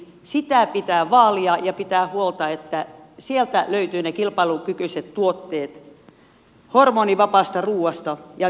sitä pitää vaalia ja pitää huolta että sieltä löytyy ne kilpailukykyiset tuotteet hormonivapaasta ruuasta ja työpaikkoja myös